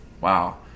wow